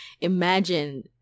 imagine